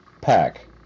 Pack